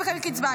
הם מקבלים קצבה.